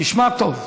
תשמע טוב.